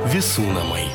visų namai